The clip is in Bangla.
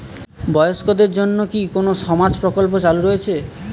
বয়স্কদের জন্য কি কোন সামাজিক প্রকল্প চালু রয়েছে?